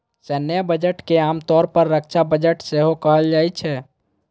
सैन्य बजट के आम तौर पर रक्षा बजट सेहो कहल जाइ छै